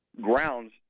grounds